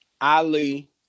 Ali